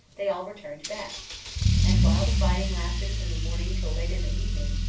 they all returned back and while the fight lasted from the morning till late in the evening,